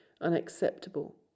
unacceptable